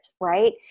right